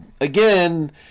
Again